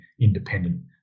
independent